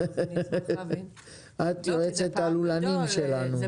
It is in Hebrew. את יועצת הלולנים שלנו,